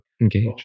Engage